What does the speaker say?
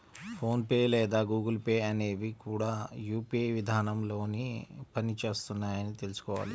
phone pay లేదా Google Pay అనేవి కూడా యూ.పీ.ఐ విధానంలోనే పని చేస్తున్నాయని తెల్సుకోవాలి